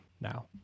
now